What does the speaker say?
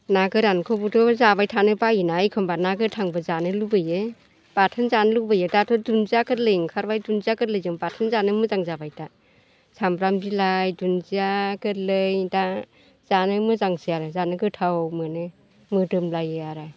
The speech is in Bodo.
ना गोरानखौबोथ' जाबाय थानो बायोना एखमब्ला ना गोथांबो जानो लुबैयो बाथोन जानो लुबैयो दाथ' दुनदिया गोरलै ओंखारबाय दुनदिया गोरलैजों बाथोन जानो मोजां जाबाय दा सामब्राम बिलाइ दुनदिया गोरलै दा जानो मोजांसै आरो जानो गोथाव मोनो मोदोमलायो आरो